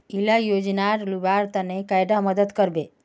इला योजनार लुबार तने कैडा मदद करबे?